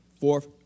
fourth